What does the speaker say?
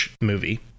movie